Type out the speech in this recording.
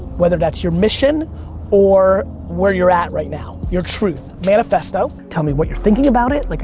whether that's your mission or where you're at right now, your truth, manifesto. tell me what you're thinking about it, like,